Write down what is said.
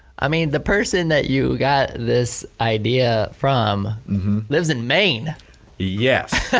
i mean the person that you got this idea from lives in maine yeah